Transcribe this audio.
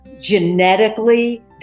genetically